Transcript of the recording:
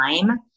time